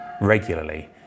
regularly